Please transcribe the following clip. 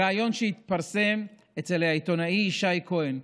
בריאיון שהתפרסם אצל העיתונאי ישי כהן,